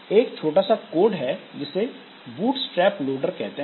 एक छोटा सा कोड है जिसे बूटस्ट्रैप लोडर कहते हैं